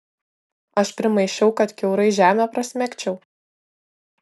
aš primaišiau kad kiaurai žemę prasmegčiau